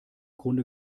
grunde